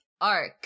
arc